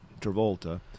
Travolta